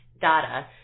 data